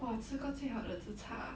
!wah! 吃过最好的 zi char ah